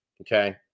Okay